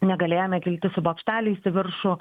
negalėjome kilti su bokšteliais į viršų